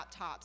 laptops